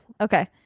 Okay